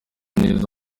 neza